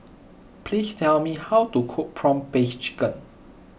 please tell me how to cook Prawn Paste Chicken